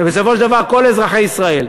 זה בסופו של דבר כל אזרחי ישראל.